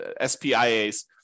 SPIA's